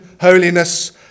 holiness